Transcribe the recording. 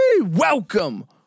Welcome